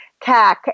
CAC